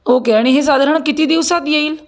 okay आणि हे साधारण किती दिवसात येईल